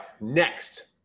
next